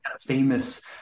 famous